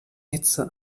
hitze